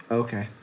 okay